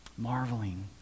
marveling